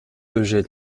eugène